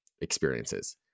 experiences